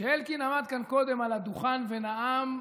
כשאלקין עמד כאן קודם על הדוכן ונאם,